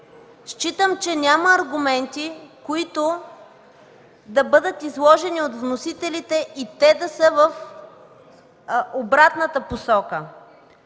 Считам, че няма аргументи, които да бъдат изложени от вносителите, и те да са в обратната посока.